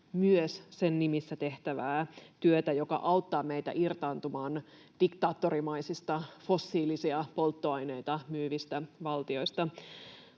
myös sen, nimissä tehtävää työtä, joka auttaa meitä irtaantumaan diktaattorimaisista fossiilisia polttoaineita myyvistä valtioista.